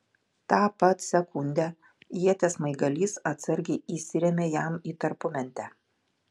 tą pat sekundę ieties smaigalys atsargiai įsirėmė jam į tarpumentę